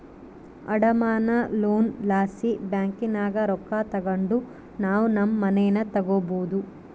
ಅಡಮಾನ ಲೋನ್ ಲಾಸಿ ಬ್ಯಾಂಕಿನಾಗ ರೊಕ್ಕ ತಗಂಡು ನಾವು ನಮ್ ಮನೇನ ತಗಬೋದು